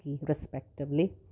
respectively